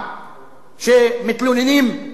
שמתלוננים שזה לא מספיק?